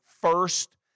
first